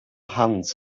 hands